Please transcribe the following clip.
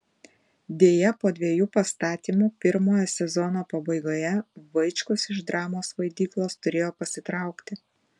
deja po dviejų pastatymų pirmojo sezono pabaigoje vaičkus iš dramos vaidyklos turėjo pasitraukti